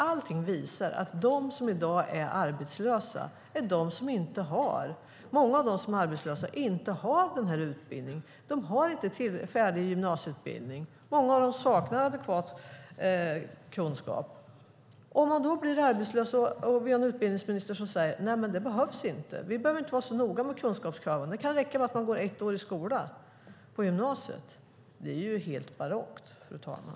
Allting visar att många av dem som i dag är arbetslösa inte har en färdig gymnasieutbildning. Många av dem saknar adekvat kunskap. Tänk om man då blir arbetslös och vi har en utbildningsminister som säger att kunskap inte behövs, att vi inte behöver vara så noga med kunskapskraven och att det kan räcka med att man går ett år i skola på gymnasiet! Det är helt barockt, fru talman.